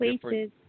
places